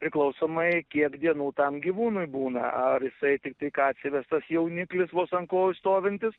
priklausomai kiek dienų tam gyvūnui būna ar jisai tiktai ką atsivestas jauniklis vos ant kojų stovintis